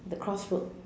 the crossroad